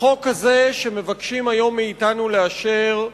החוק הזה, שהיום מבקשים מאתנו לאשר,